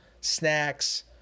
snacks